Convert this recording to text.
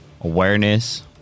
awareness